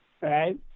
Right